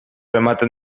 ematen